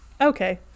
Okay